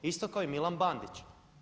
Isto kao i Milan Bandić.